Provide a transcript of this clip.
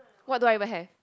what do I even have